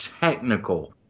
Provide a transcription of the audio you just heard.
technical